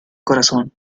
corazón